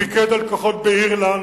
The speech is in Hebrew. פיקד על כוחות באירלנד,